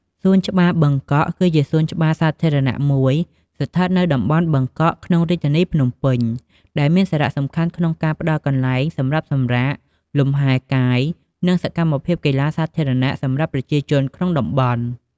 សួនច្បារបឹងកក់ គឺជាសួនច្បារសាធារណៈមួយស្ថិតនៅតំបន់បឹងកក់ ក្នុងរាជធានីភ្នំពេញ ដែលមានសារៈសំខាន់ក្នុងការផ្តល់កន្លែងសម្រាប់សម្រាក លំហែកាយ និងសកម្មភាពកីឡាសាធារណៈសម្រាប់ប្រជាជនក្នុងតំបន់។